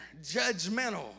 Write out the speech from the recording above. judgmental